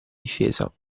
difesa